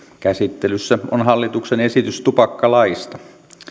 käsittelyssä on hallituksen esitys tupakkalaista